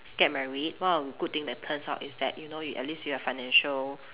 get married one of the good thing that turns out is that you know you at least you have financial